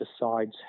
decides